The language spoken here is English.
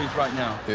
right now,